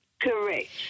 Correct